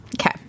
Okay